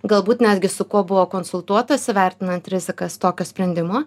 galbūt netgi su kuo buvo konsultuotasi vertinant rizikas tokio sprendimo